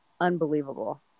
unbelievable